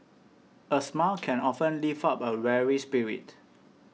a smile can often lift up a weary spirit